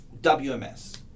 WMS